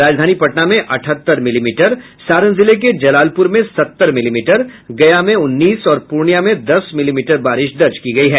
राजधानी पटना में अठहत्तर मिलीमीटर सारण जिले के जलालपुर में सत्तर मिलीमीटर गया में उन्नीस और पूर्णिया में दस मिलीमीटर बारिश दर्ज की गई है